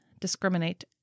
discriminate